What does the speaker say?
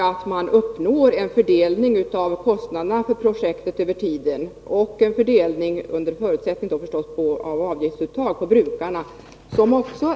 Därigenom uppnås också en fördelning av kostnaderna för projekten över tiden och en fördelning — under förutsättning av ett avgiftsuttag — på brukarna mer än på alla skattebetalare.